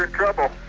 ah trouble!